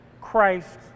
Christ